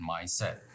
mindset